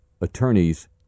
attorneys